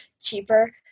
cheaper